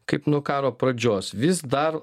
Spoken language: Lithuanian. kaip nuo karo pradžios vis dar